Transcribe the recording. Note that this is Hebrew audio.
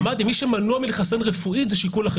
אמרתי שמי שמנוע מלהתחסן רפואית זה שיקול אחר,